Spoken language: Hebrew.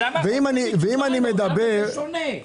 במה זה שונה?